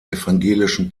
evangelischen